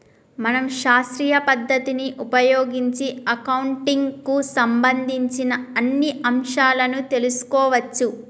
మనం శాస్త్రీయ పద్ధతిని ఉపయోగించి అకౌంటింగ్ కు సంబంధించిన అన్ని అంశాలను తెలుసుకోవచ్చు